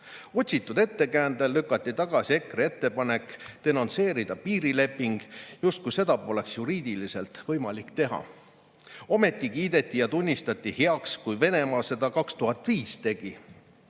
Otsitud ettekäändel lükati tagasi EKRE ettepanek denonsseerida piirileping, justkui seda poleks juriidiliselt võimalik teha. Ometi kiideti ja tunnistati heaks, kui Venemaa seda 2005 tegi.